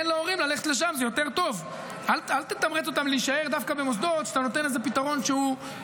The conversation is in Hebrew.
עכשיו אתה הולך לתת יותר כסף למוסד שלא רוצה 100%,